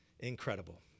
Incredible